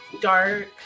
dark